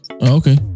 Okay